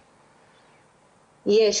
יש.